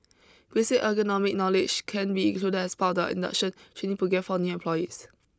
basic ergonomics knowledge can be included as part of the induction training programme for new employees